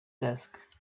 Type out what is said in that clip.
desk